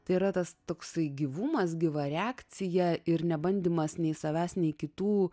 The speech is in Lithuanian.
tai yra tas toksai gyvumas gyva reakcija ir nebandymas nei savęs nei kitų